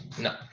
no